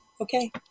okay